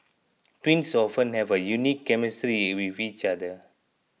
twins often have a unique chemistry with each other